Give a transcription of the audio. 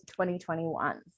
2021